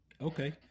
Okay